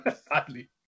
Sadly